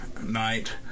night